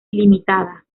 limitada